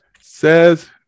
Says